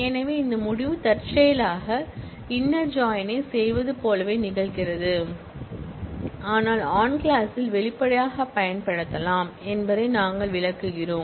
எனவே இந்த முடிவு தற்செயலாக இன்னர் ஜாயின் ஐச் செய்வது போலவே நிகழ்கிறது ஆனால் ஆன் கிளாஸ் ல் வெளிப்படையாகப் பயன்படுத்தலாம் என்பதை நாங்கள் விளக்குகிறோம்